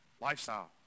Lifestyle